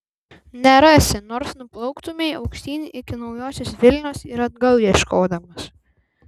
nerasi nors nuplauktumei aukštyn iki naujosios vilnios ir atgal ieškodamas